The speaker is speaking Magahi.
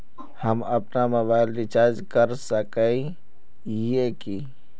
हम अपना मोबाईल रिचार्ज कर सकय हिये की?